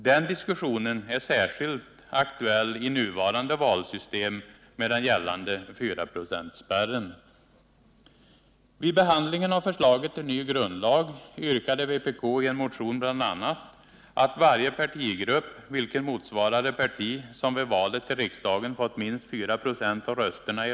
Den diskussionen är särskilt aktuell i nuvarande valsystem med den gällande 4-procentsspärren.